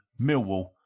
Millwall